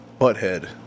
butthead